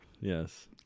yes